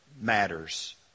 matters